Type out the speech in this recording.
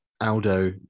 Aldo